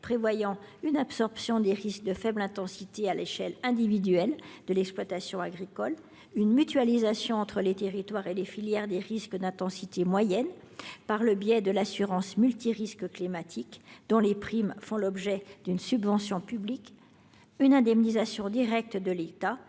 prévoit une absorption des risques de faible intensité à l’échelle individuelle, autrement dit par l’exploitation agricole ; une mutualisation entre les territoires et les filières des risques d’intensité moyenne, par le biais de l’assurance multirisque climatique, dont les primes font l’objet d’une subvention publique ; et une indemnisation directe de l’État